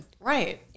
Right